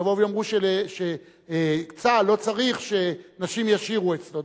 שיבואו ויאמרו שצה"ל לא צריך שנשים ישירו אצלו.